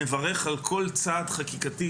נברך על כל צעד חקיקתי,